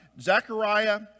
Zechariah